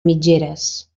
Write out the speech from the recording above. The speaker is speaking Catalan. mitgeres